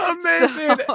Amazing